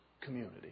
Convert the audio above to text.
community